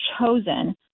chosen